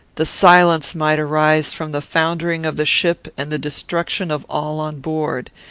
the silence might arise from the foundering of the ship and the destruction of all on board.